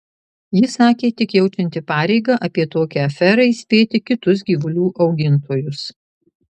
ji sakė tik jaučianti pareigą apie tokią aferą įspėti kitus gyvulių augintojus